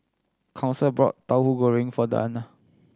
Council bought Tauhu Goreng for Danna